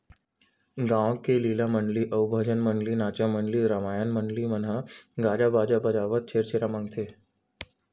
गाँव के लीला मंडली अउ भजन मंडली, नाचा मंडली, रमायन मंडली मन ह गाजा बाजा बजावत छेरछेरा मागथे